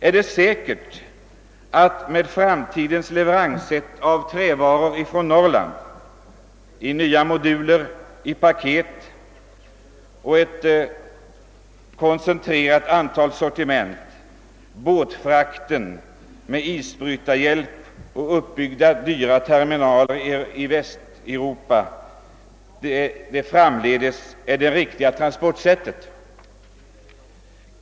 Är det säkert att båttransporter med isbrytarhjälp och uppbyggda dyra terminaler i Västeuropa framdeles är det riktiga sättet att transportera trävaror från Norrland i nya moduler, i paket och med ett koncentrerat sortiment?